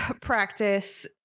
practice